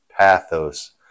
pathos